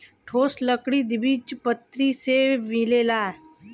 ठोस लकड़ी द्विबीजपत्री पेड़ से मिलेला